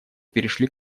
перешли